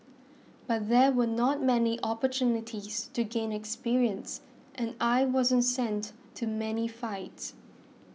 but there were not many opportunities to gain experience and I wasn't sent to many fights